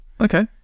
okay